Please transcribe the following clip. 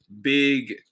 big